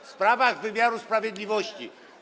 W sprawach wymiaru sprawiedliwości.